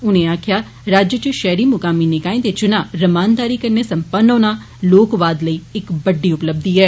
उनें आक्खेआ राज्य च शैहरी मुकामी निकाएं दे चुना रमानदारी कन्नै सम्पन्न होना लोकवाद लेई इक बड्डी उपलब्धी ऐ